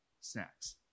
snacks